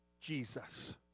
Jesus